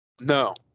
No